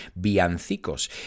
Biancicos